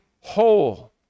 whole